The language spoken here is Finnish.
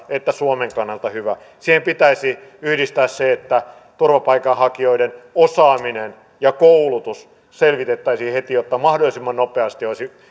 että suomen kannalta hyvä siihen pitäisi yhdistää se että turvapaikanhakijoiden osaaminen ja koulutus selvitettäisiin heti jotta mahdollisimman nopeasti olisi